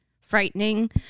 frightening